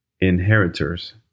inheritors